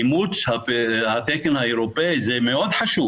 אימוץ התקן האירופאי זה מאוד חשוב